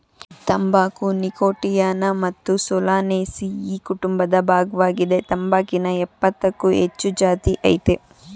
ತಂಬಾಕು ನೀಕೋಟಿಯಾನಾ ಮತ್ತು ಸೊಲನೇಸಿಯಿ ಕುಟುಂಬದ ಭಾಗ್ವಾಗಿದೆ ತಂಬಾಕಿನ ಯಪ್ಪತ್ತಕ್ಕೂ ಹೆಚ್ಚು ಜಾತಿಅಯ್ತೆ